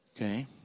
Okay